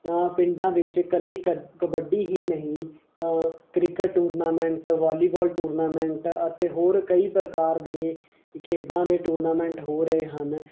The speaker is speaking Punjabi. ਉਹ ਪਿੰਡਾਂ ਵਿੱਚ ਇਕੱਲੀ ਕਬ ਕਬੱਡੀ ਹੀ ਨਹੀਂ ਕ੍ਰਿਕਟ ਟੂਰਨਾਮੈਂਟ ਵਾਲੀਵੋੋਲ ਟੂਰਨਾਮੈਂਟ ਅਤੇ ਹੋਰ ਕਈ ਪ੍ਰਕਾਰ ਦੇ ਖੇਡਾਂ ਦੇ ਟੂਰਨਾਮੈਂਟ ਹੋ ਰਹੇ ਹਨ